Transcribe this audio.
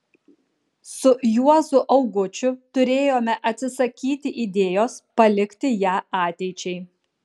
su juozu augučiu turėjome atsisakyti idėjos palikti ją ateičiai